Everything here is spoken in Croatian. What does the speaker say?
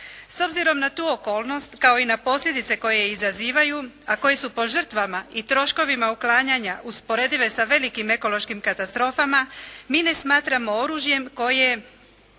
S obzirom na tu okolnost kao i na posljedice koje izazivaju, a koje su po žrtvama i troškovima uklanjanja usporedive sa velikim ekološkim katastrofama, mine smatramo oružjem koje